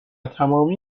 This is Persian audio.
تمامی